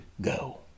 go